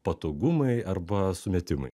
patogumai arba sumetimai